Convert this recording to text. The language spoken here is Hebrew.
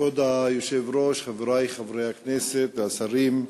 כבוד היושב-ראש, חברי חברי הכנסת והשרים,